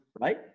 Right